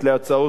תודה רבה.